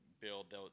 build